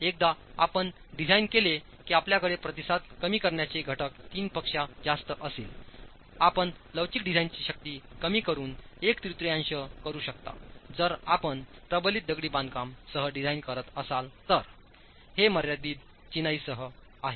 एकदा आपणडिझाइन केले की आपल्याकडे प्रतिसाद कमी करण्याचे घटक तीनपेक्षा जास्त असतील आपण लवचिक डिझाइनची शक्ती कमी करून एक तृतीयांश करू शकता जर आपण प्रबलित दगडी बांधकाम सह डिझाइन करत असाल तर हे मर्यादित चिनाईसह आहे